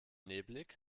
nebelig